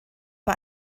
bei